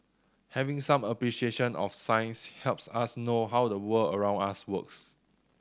having some appreciation of science helps us know how the world around us works